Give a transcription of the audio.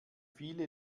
viele